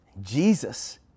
Jesus